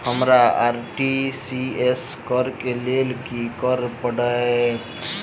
हमरा आर.टी.जी.एस करऽ केँ लेल की करऽ पड़तै?